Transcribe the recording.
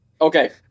Okay